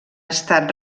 estat